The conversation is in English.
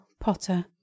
potter